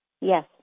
Yes